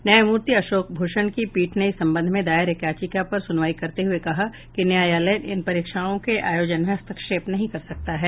न्यायामूर्ति अशोक भूषण की पीठ ने इस संबंध में दायर एक याचिका पर सुनवाई करते हुए कहा कि न्यायालय इन परीक्षाओं के आयोजन में हस्तक्षेप नहीं कर सकता है